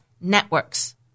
networks